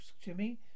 Jimmy